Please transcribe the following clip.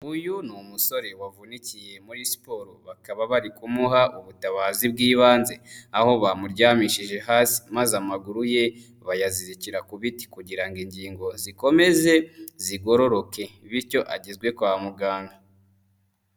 Uyu ni umusore wavunikiye muri siporo, bakaba bari kumuha ubutabazi bw'ibanze, aho bamuryamishije hasi, maze amaguru ye bayazikira ku biti, kugira ngo ingingo zikomeze zigororoke bityo agezwe kwa muganga.